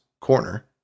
Corner